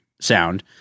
sound